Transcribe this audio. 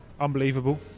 unbelievable